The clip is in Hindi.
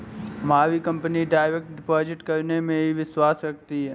हमारी कंपनी डायरेक्ट डिपॉजिट करने में ही विश्वास रखती है